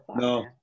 No